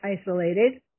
isolated